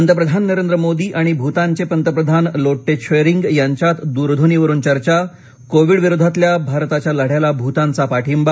पंतप्रधान नरेंद्र मोदी आणि भूतानचे पंतप्रधान लोटे त्शेरिंग यांच्यात दूरध्वनी वरून चर्चा कोविड विरोधातल्या भारताच्या लढ्याला भूतानचा पाठींबा